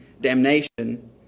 damnation